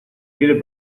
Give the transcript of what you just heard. quiere